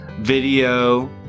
video